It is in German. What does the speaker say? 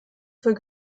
für